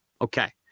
Okay